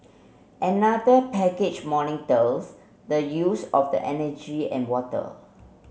another package monitors the use of the energy and water